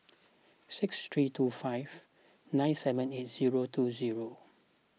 six three two five nine seven eight zero two zero